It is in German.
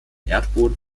erdboden